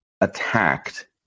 attacked